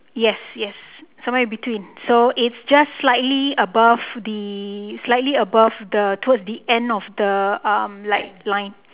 yes yes some where between so its just slightly above the slightly above the towards the end of the uh like line